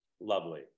Lovely